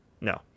No